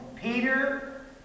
Peter